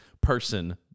person